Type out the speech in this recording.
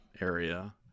area